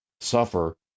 suffer